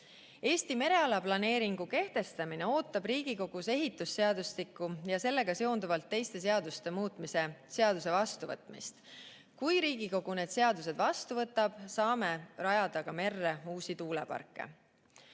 Eesti mereala planeeringu kehtestamine ootab Riigikogus ehitusseadustiku ja sellega seonduvalt teiste seaduste muutmise seaduse vastuvõtmist. Kui Riigikogu need seadused vastu võtab, saame rajada ka merre uusi tuuleparke. Neljandaks,